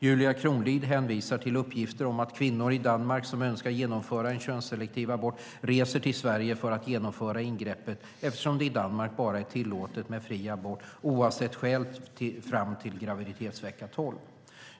Julia Kronlid hänvisar till uppgifter om att kvinnor i Danmark som önskar genomföra en könsselektiv abort reser till Sverige för att genomföra ingreppet, eftersom det i Danmark bara är tillåtet med fri abort oavsett skäl fram till graviditetsvecka tolv.